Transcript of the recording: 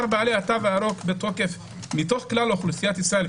בעלי התו הירוק בתוקף מתוך כלל אוכלוסיית ישראל,